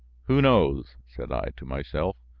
who knows? said i to myself,